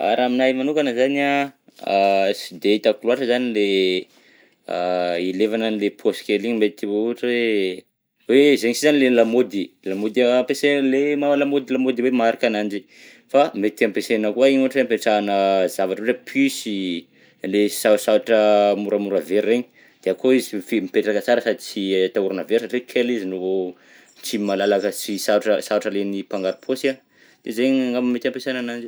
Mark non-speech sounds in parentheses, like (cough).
(hesitation) Raha aminahy manokana izany an a sy de hitako loatra zany le (hesitation) ilevana an'ilay poche kely iny mety ohatra hoe, hoe zegny si zany le lamaody, lamaody an ampesaigny le maha lamaody lamaody hoe marque ananjy, fa mety ampesaina koa iny ohatra hoe ampetrahana zavatra ohatra hoe puce, le sarosarotra moramora very regny, de akao izy mifi- mipetraka tsara tsy atahorana very satria kely izy no tsy malalaka, tsy sarotra, sarotra alen'ny mpangarom-paosy an, zegny angamba mety ampiasaina ananjy.